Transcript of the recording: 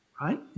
right